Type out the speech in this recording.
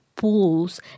pools